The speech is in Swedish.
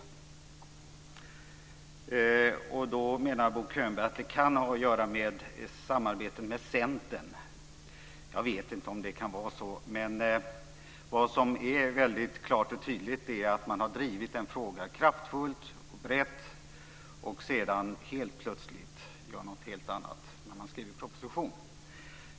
Bo Könberg menar att det kan ha att göra med samarbetet med Centern. Jag vet inte om det kan vara så. Vad som dock är väldigt klart och tydligt är att man har drivit en fråga kraftfullt och brett för att sedan, helt plötsligt, göra något helt annat när propositionen skrivs.